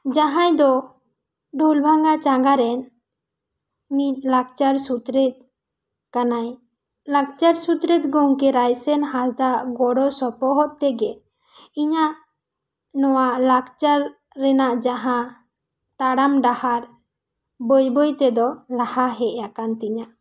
ᱡᱟᱦᱟᱸᱭ ᱫᱚ ᱰᱚᱞᱵᱟᱸᱜᱟ ᱪᱟᱸᱜᱟ ᱨᱮᱱ ᱢᱤᱫ ᱞᱟᱠᱪᱟᱨ ᱥᱩᱛᱨᱮᱫ ᱠᱟᱱᱟᱭ ᱞᱟᱠᱪᱟᱨ ᱥᱩᱛᱨᱮᱫ ᱜᱚᱢᱠᱮ ᱨᱟᱭᱥᱮᱱ ᱦᱟᱸᱥᱫᱟᱣᱟᱜ ᱜᱚᱲᱚ ᱥᱚᱯᱚᱦᱚᱫ ᱛᱮᱜᱮ ᱤᱧᱟᱹᱜ ᱱᱚᱣᱟ ᱞᱟᱠᱪᱟᱨ ᱨᱮᱱᱟᱜ ᱡᱟᱦᱟᱸ ᱛᱟᱲᱟᱢ ᱰᱟᱦᱟᱨ ᱵᱟᱹᱭ ᱵᱟᱹᱭ ᱛᱮ ᱫᱚ ᱞᱟᱦᱟ ᱦᱮᱡ ᱟᱠᱟᱱ ᱛᱤᱧᱟᱹ